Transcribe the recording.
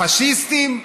הפאשיסטים,